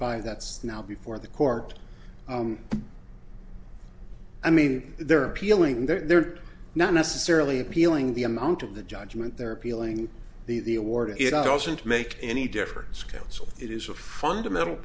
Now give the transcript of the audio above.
five that's now before the court i mean they're appealing they're not necessarily appealing the amount of the judgment they're appealing the award it also didn't make any difference count so it is a fundamental